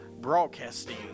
Broadcasting